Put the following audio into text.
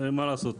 מה לעשות,